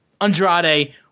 Andrade